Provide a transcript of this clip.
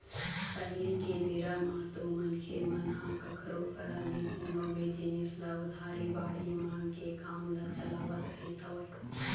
पहिली के बेरा म तो मनखे मन ह कखरो करा ले कोनो भी जिनिस ल उधारी बाड़ही मांग के काम ल चलावत रहिस हवय